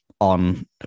on